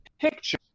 Picture